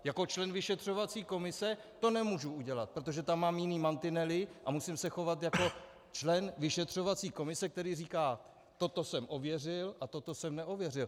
Jako člen vyšetřovací komise to nemůžu udělat, protože tam mám jiné mantinely a musím se chovat jako člen vyšetřovací komise, který říká, toto jsem ověřil, a toto jsem neověřil.